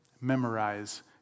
Memorize